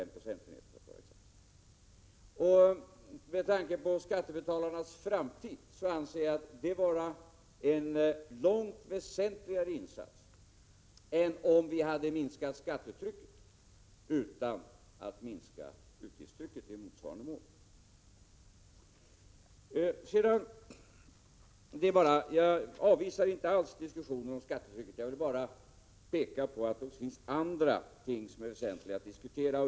Med tanke på skattebetalarnas framtid anser jag detta vara en långt väsentligare insats än om vi hade minskat skattetrycket utan att minska utgiftstrycket i motsvarande mån. Jag avvisar inte alls diskussionen om skattetrycket, jag vill bara peka på att det också finns andra ting som är väsentliga att diskutera.